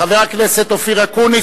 חבר הכנסת אופיר אקוניס,